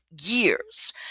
years